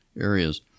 areas